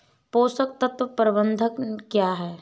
पोषक तत्व प्रबंधन क्या है?